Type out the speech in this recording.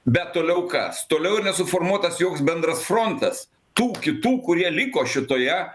bet toliau kas toliau nesuformuotas joks bendras frontas tų kitų kurie liko šitoje